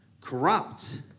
corrupt